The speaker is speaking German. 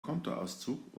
kontoauszug